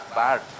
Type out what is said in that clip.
bad